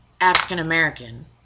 African-American